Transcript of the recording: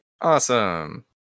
Awesome